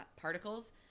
particles